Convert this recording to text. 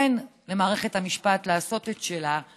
תן למערכת המשפט לעשות את שלה,